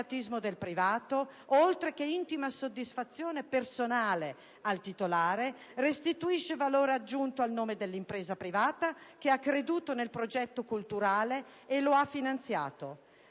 Il mecenatismo del privato, oltre che intima soddisfazione personale per il titolare, restituisce valore aggiunto al nome dell'impresa privata che ha creduto nel progetto culturale e lo ha finanziato.